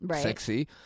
sexy